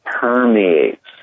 permeates